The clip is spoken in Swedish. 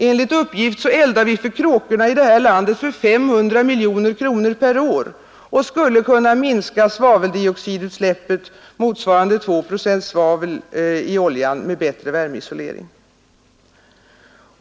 Enligt uppgift eldar vi här i landet för kråkorna för 500 miljoner kronor per år och skulle kunna minska svaveldioxidutsläppet motsvarande 2 procent svavel i oljan med bättre värmeisolering.